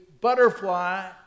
butterfly